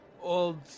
old